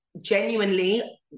genuinely